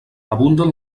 abunden